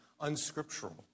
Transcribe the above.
unscriptural